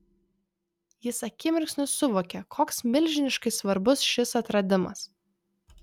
jis akimirksniu suvokė koks milžiniškai svarbus šis atradimas